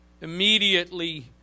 immediately